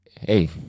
Hey